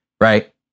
right